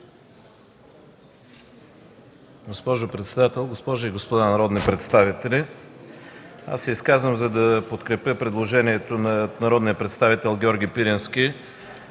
Госпожи и господа народни представители! Изказвам се, за да подкрепя изказването на народния представител Георги Пирински,